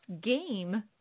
game